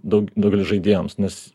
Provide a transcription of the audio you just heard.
daug dublių žaidėjams nes